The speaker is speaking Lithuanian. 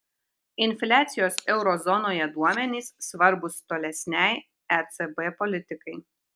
infliacijos euro zonoje duomenys svarbūs tolesnei ecb politikai